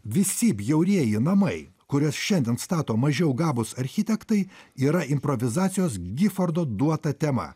visi bjaurieji namai kuriuos šiandien stato mažiau gabūs architektai yra improvizacijos gifordo duota tema